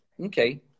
Okay